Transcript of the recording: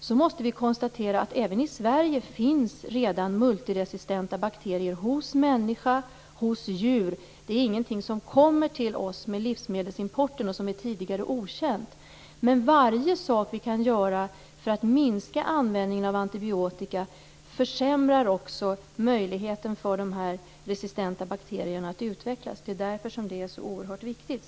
Men vi måste konstatera att det även i Sverige redan finns multiresistenta bakterier hos människa och djur. Det är ingenting som kommer till oss med livsmedelsimporten och som tidigare var okänt. Men varje sak vi kan göra för att minska användningen av antibiotika försämrar också möjligheten för de resistenta bakterierna att utvecklas. Det är därför som det är så oerhört viktigt.